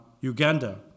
Uganda